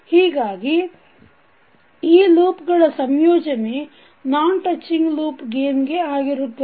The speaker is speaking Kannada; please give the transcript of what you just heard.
ಹೀಗಾಗಿ ಈ ಲೂಪ್ ಗಳ ಸಂಯೋಜನೆ ನಾನ್ ಟಚ್ಚಿಂಗ್ ಲೂಪ್ ಗೇನ್ ಆಗಿರುತ್ತದೆ